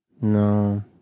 No